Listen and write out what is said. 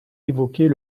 évoquer